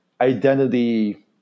identity